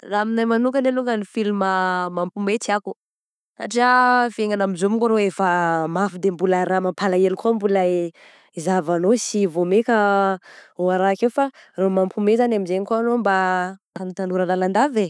Raha amigna manokana longany film mampihomehy tiako satria fiaignana amin'izao monko arô efa mafy de mbola raha mampalaelo koa mbola i hizahavanao sy vô maika ho araky eo fa raha mampihomehy zany amin'izay koa anao mba tanotanora lalandava eh.